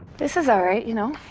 this is all right, you know?